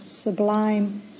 sublime